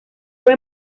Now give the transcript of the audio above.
fue